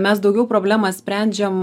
mes daugiau problemą sprendžiam